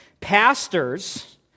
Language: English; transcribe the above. pastors